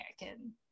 American